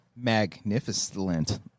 magnificent